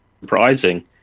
Surprising